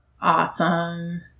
Awesome